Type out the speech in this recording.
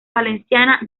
valenciana